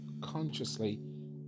consciously